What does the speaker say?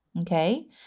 Okay